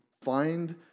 find